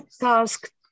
task